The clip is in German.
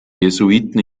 jesuiten